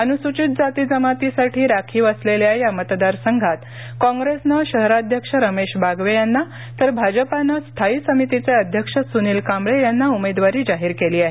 अनुसूचित जाती जमातीसाठी राखीव असलेल्या या मतदारसंघात काँग्रेसनं शहराध्यक्ष रमेश बागवे यांना तर भाजपानं स्थायी समितीचे अध्यक्ष सुनिल कांबळे यांना उमेदवारी जाहीर केली आहे